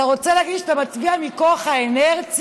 אתה רוצה להגיד לי שאתה מצביע מכוח האינרציה?